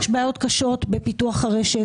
יש בעיות קשות בפיתוח הרשת,